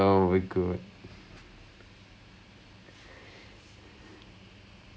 biology பக்கம் போவே இல்லை அந்த:pakkam pove illai antha A_C_S_I லே வந்து:le vanthu we had this thing called life sciences